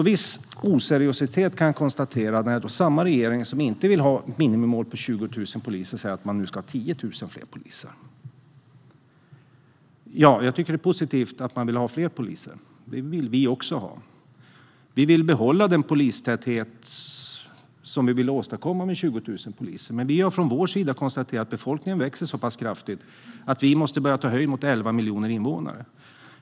Viss oseriositet kan jag konstatera när samma regering som inte vill ha ett minimimål på 20 000 poliser säger att man nu ska ha 10 000 fler poliser. Ja, jag tycker att det är positivt att man vill ha fler poliser. Det vill vi också ha. Vi vill behålla den polistäthet som vi ville åstadkomma med 20 000 poliser, men vi har från vår sida konstaterat att befolkningen växer så pass kraftigt att vi måste börja ta höjd för 11 miljoner invånare.